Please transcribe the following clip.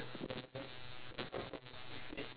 then can maybe see like what's the difference